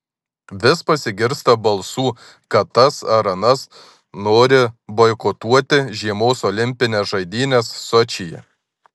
vis pasigirsta balsų kad tas ar anas nori boikotuoti žiemos olimpines žaidynes sočyje